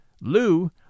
Lou